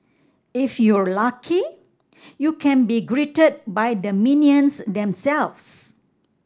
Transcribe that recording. if you're lucky you can be greeted by the minions themselves